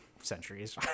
centuries